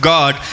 God